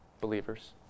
believers